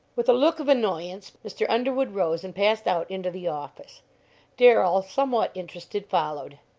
with a look of annoyance mr. underwood rose and passed out into the office darrell, somewhat interested, followed.